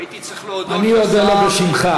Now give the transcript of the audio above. הייתי צריך להודות לשר שתמך, אודה לו בשמך.